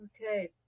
Okay